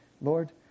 Lord